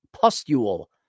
Pustule